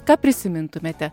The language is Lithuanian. ką prisimintumėte